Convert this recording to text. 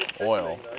oil